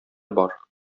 бар